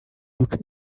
duce